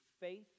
faith